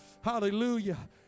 Hallelujah